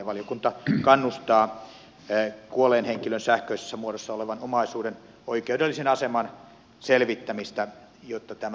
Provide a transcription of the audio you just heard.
valiokunta kannustaa kuolleen henkilön sähköisessä muodossa olevan omaisuuden oikeudellisen aseman selvittämistä jotta tämä oikeustila selviintyy